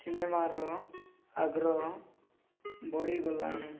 ସିନେମାର ଆଗ୍ରହ ବଢ଼ିଗଲାଣି